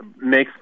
makes